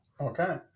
Okay